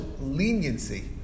leniency